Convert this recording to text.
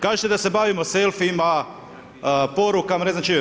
Kažete da se bavimo selfijima, porukama, ne znam čime.